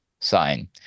sign